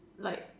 like